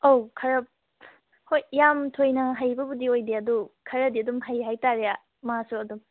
ꯑꯧ ꯈꯔ ꯍꯣꯏ ꯌꯥꯝ ꯊꯣꯏꯅ ꯍꯩꯕꯕꯨꯗꯤ ꯑꯣꯏꯗꯦ ꯑꯗꯨ ꯈꯔꯗꯤ ꯑꯗꯨꯝ ꯍꯩ ꯍꯥꯏꯇꯔꯦ ꯃꯥꯁꯨ ꯑꯗꯨꯝ